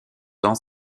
dans